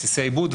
בסיסי עיבוד,